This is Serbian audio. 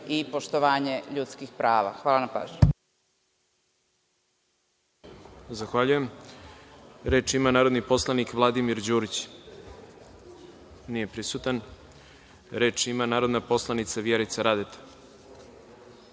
i poštovanje ljudskih prava. Hvala na pažnji.